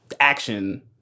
Action